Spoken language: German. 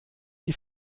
die